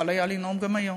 יכול היה לנאום גם היום,